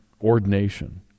ordination